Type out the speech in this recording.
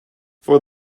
for